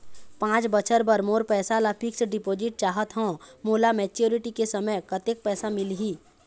पांच बछर बर मोर पैसा ला फिक्स डिपोजिट चाहत हंव, मोला मैच्योरिटी के समय कतेक पैसा मिल ही?